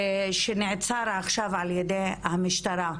שנעצר עכשיו על ידי המשטרה.